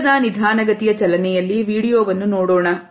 ಹತ್ತಿರದ ನಿಧಾನಗತಿಯ ಚಲನೆಯಲ್ಲಿ ವಿಡಿಯೋವನ್ನು ನೋಡೋಣ